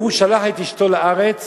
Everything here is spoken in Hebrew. הוא שלח את אשתו לארץ